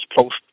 post